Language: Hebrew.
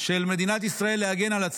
של מדינת ישראל להגן על עצמה,